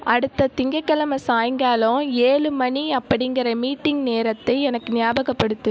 அடுத்த திங்கக்கிழம சாய்ங்காலம் ஏழு மணி அப்படிங்குற மீட்டிங் நேரத்தை எனக்கு ஞாபகப்படுத்து